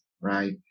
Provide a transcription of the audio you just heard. right